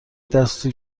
دستتو